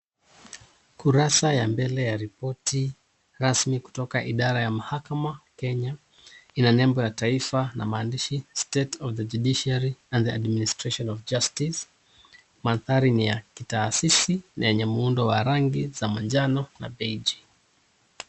Kurasa ya mbele ya ripoti rasmi kutoka idara ya mahakama Kenya ina nembo ya taifa na maandishi STATE OF THE JUDICIARY AND THR ADMINISTRATION OF JUSTICE . Mandhari ni ya kitaasisi na yenye muundo wa rangi ya za manjano na beiji .